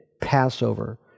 Passover